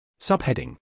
Subheading